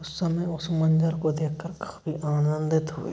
उस समय उस मंजर को देखकर काफ़ी आनंदित हुए